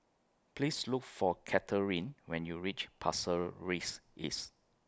Please Look For Kathryne when YOU REACH Pasir Ris East